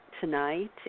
tonight